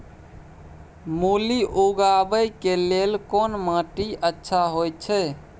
मूली उगाबै के लेल कोन माटी अच्छा होय है?